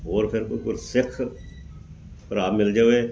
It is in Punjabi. ਹੋਰ ਫਿਰ ਕੋਈ ਗੁਰਸਿੱਖ ਭਰਾ ਮਿਲ ਜਾਵੇ